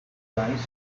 guys